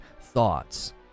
thoughts